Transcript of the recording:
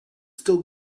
still